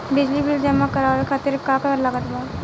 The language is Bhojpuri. बिजली बिल जमा करावे खातिर का का लागत बा?